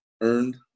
earned